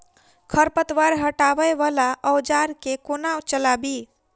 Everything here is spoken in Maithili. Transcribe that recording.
खरपतवार हटावय वला औजार केँ कोना चलाबी?